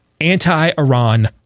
anti-Iran